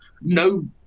No